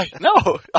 no